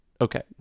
Okay